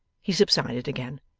he subsided again,